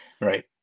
Right